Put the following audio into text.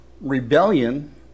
Rebellion